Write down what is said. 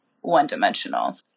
one-dimensional